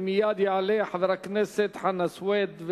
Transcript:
ומייד יעלה חבר הכנסת חנא סוייד,